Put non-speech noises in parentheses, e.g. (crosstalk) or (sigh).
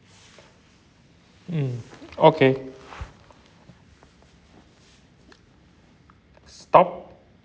(breath) mm okay stop